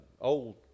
old